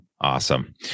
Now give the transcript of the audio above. Awesome